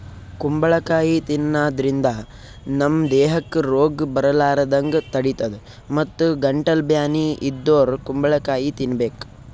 ಕುಂಬಳಕಾಯಿ ತಿನ್ನಾದ್ರಿನ್ದ ನಮ್ ದೇಹಕ್ಕ್ ರೋಗ್ ಬರಲಾರದಂಗ್ ತಡಿತದ್ ಮತ್ತ್ ಗಂಟಲ್ ಬ್ಯಾನಿ ಇದ್ದೋರ್ ಕುಂಬಳಕಾಯಿ ತಿನ್ಬೇಕ್